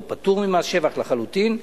הוא פטור ממס שבח לחלוטין,